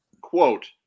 quote